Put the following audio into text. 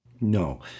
No